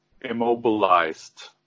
immobilized